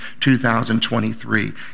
2023